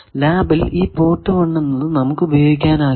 ലാബിൽ ഈ പോർട്ട് 4 എന്നത് നമുക്കുപയോഗിക്കാനാകില്ല